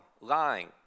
Lying